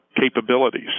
capabilities